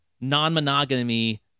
non-monogamy